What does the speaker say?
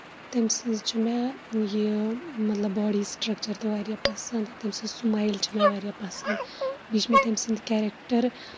تٔمۍ سٕنٛز چھِ مےٚ یہِ مطلب باڈی سٕٹرٛکچر تہِ واریاہ پَسنٛد تٔمۍ سٕنٛز سُمایِل چھِ مےٚ واریاہ پَسنٛد بیٚیہِ چھےٚ مےٚ تٔمۍ سٕنٛدۍ کیریٚکٹر